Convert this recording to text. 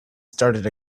started